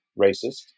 racist